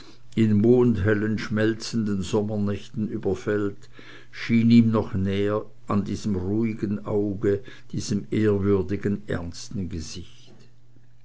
in mondhellen schmelzenden sommernächten überfällt schien ihm noch näher in diesem ruhigen auge diesem ehrwürdigen ernsten gesicht